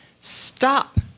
Stop